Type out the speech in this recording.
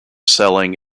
selling